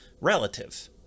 relative